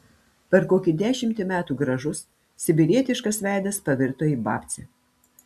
per kokį dešimtį metų gražus sibirietiškas veidas pavirto į babcę